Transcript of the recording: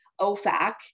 OFAC